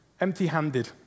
empty-handed